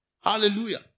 Hallelujah